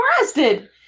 arrested